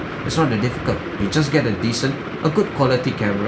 it's not that difficult you just get a decent a good quality camera